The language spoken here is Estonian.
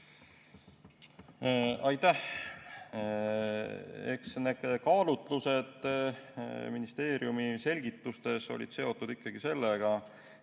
Aitäh! Eks kaalutlused ministeeriumi selgitustes olid seotud ikkagi sellega,